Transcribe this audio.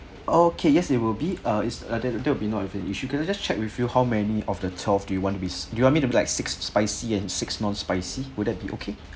okay yes it will be uh is that that will be not an issue can I just check with you how many of the twelve do you want to be do you want be to like six spicy and six non-spicy would that be okay